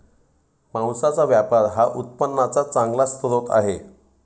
मांसाचा व्यापार हा उत्पन्नाचा चांगला स्रोत आहे